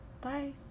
bye